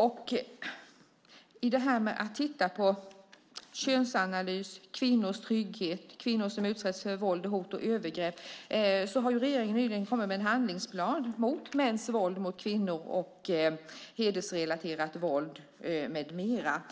När det gäller att titta på könsanalys, kvinnors trygghet och kvinnor som utsätts för våld, hot och övergrepp har regeringen nyligen kommit med en handlingsplan mot mäns våld mot kvinnor och hedersrelaterat våld med mera.